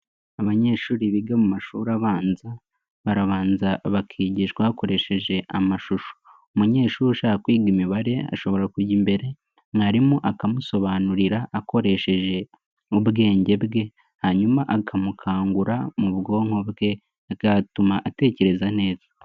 Abanyeshuri biga mu mashuri abanza. Barabanza bakigishwa bakoresheje amashusho. Umunyeshuri ushaka kwiga imibare ashobora kujya imbere. Mwarimu akamusobanurira akoresheje ubwenge bwe. Hanyuma akamukangura mu bwonko bwe bwatuma atekereza neza.